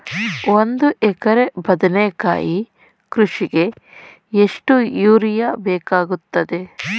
ಒಂದು ಎಕರೆ ಬದನೆಕಾಯಿ ಕೃಷಿಗೆ ಎಷ್ಟು ಯೂರಿಯಾ ಬೇಕಾಗುತ್ತದೆ?